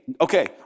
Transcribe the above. okay